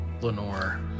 Lenore